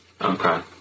Okay